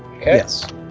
Yes